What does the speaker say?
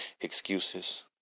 excuses